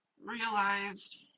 realized